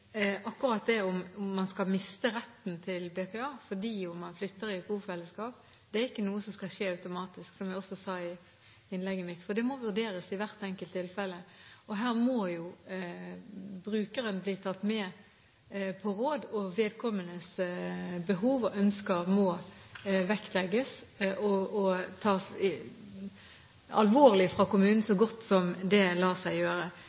om man skal miste retten til BPA fordi man flytter i et bofellesskap, er ikke noe som skal skje automatisk, som jeg også sa i innlegget mitt, for det må vurderes i hvert enkelt tilfelle. Her må brukeren bli tatt med på råd, og vedkommendes behov og ønsker må vektlegges og tas alvorlig av kommunen så godt det lar seg gjøre.